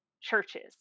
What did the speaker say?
churches